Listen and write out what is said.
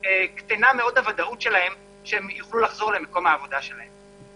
וקטנה מאוד הוודאות שלהם שהם יוכלו לחזור למקום העבודה שלהם.